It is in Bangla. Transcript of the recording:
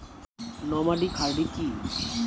নমাডিক হার্ডি কি?